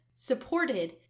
supported